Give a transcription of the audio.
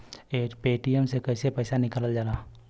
Paytm से कैसे पैसा निकलल जाला?